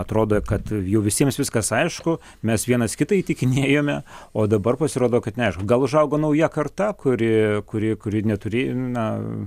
atrodo kad jau visiems viskas aišku mes vienas kitą įtikinėjome o dabar pasirodo kad neaišku gal užaugo nauja karta kuri kuri kuri neturi na